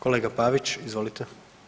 Kolega Pavić, izvolite.